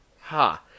ha